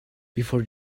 before